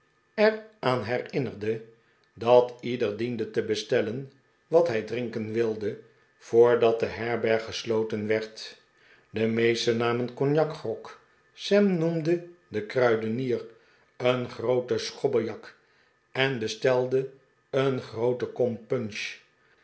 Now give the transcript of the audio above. er aan herinnerde dat ieder diende te bestellen wat hij drinken wilde voordat de herberg gesloten werd de meesten namen cognacgrog sam noemde den kruidenier een grooten schobbejak en bestelde een groote kom punch